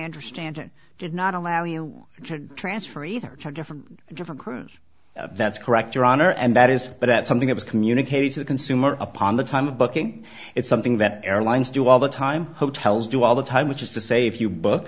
understand it did not allow you to transfer either a different different cruise that's correct your honor and that is but at something that is communicated to the consumer upon the time of booking it's something that airlines do all the time hotels do all the time which is to say if you book